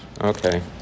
Okay